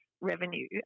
revenue